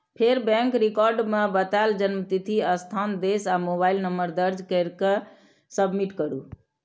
फेर bank record मे बतायल जन्मतिथि, स्थान, देश आ मोबाइल नंबर दर्ज कैर के सबमिट करू